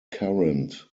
current